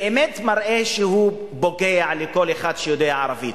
באמת זה מראה שהוא פוגע לכל אחד שיודע ערבית: